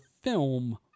film